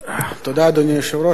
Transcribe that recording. אדוני היושב-ראש, תודה, כבוד השר,